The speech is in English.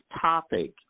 topic